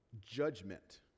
judgment